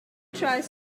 tries